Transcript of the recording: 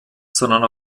sondern